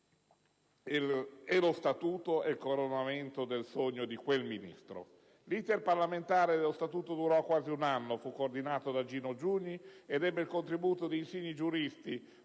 E lo Statuto è il coronamento del sogno di quel Ministro. L'*iter* parlamentare dello Statuto durò quasi un anno, fu coordinato da Gino Giugni ed ebbe il contributo di insigni giuristi